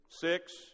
Six